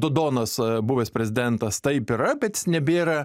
dodonas buvęs prezidentas taip yra bet jis nebėra